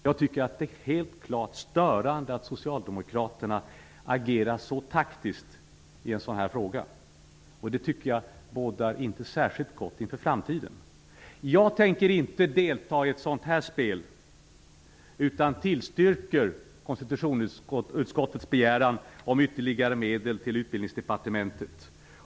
Jag tycker att det är stötande att socialdemokraterna agerar så taktiskt i en fråga av detta slag. Det bådar inte särskilt gott inför framtiden. Jag tänker inte delta i ett sådant här spel. Jag tillstyrker konstitutionsutskottets begäran om ytterligare medel till Utbildningsdepartementet.